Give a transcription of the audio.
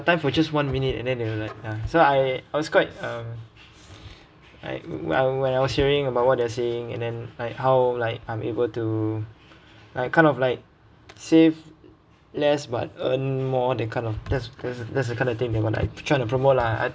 time for just one minute and they'll like ya so I I was quite uh like when I was hearing about what they're saying and then like how like I'm able to like kind of like save less but earn more that kind of that's that's the kind of thing they will like try to promote lah